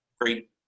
great